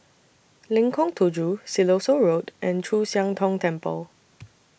Lengkong Tujuh Siloso Road and Chu Siang Tong Temple